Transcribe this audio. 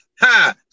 ha